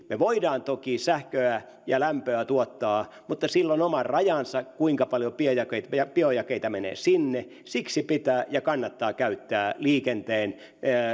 me voimme toki sähköä ja lämpöä tuottaa mutta sillä on oma rajansa kuinka paljon biojakeita menee sinne siksi pitää ja kannattaa käyttää liikenteen